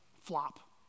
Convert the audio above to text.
flop